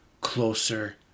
closer